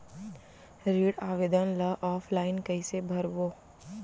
ऋण आवेदन ल ऑफलाइन कइसे भरबो?